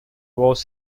voz